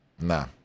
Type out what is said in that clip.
nah